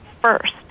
first